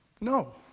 No